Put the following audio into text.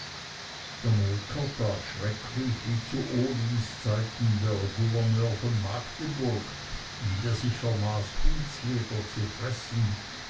schrecklich wie zu olims zeiten der gouverneur von magdeburg der sich vermaß hundsleder zu fressen